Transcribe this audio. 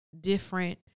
different